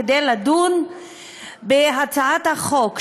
כדי לדון בהצעת החוק,